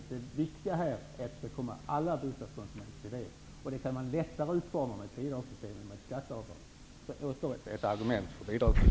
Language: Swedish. Det viktiga är här att detta stöd skall komma alla bostadskonsumenter till del. Det kan man lättare åstadkomma med ett bidragssystem än med ett skatteavdrag. Det är ytterligare ett argument för ett bidragssystem.